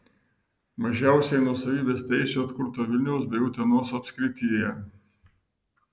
mažiausiai nuosavybės teisių atkurta vilniaus bei utenos apskrityje